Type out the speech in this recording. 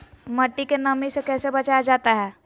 मट्टी के नमी से कैसे बचाया जाता हैं?